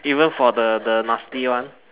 even for the the nasty one